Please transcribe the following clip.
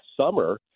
summer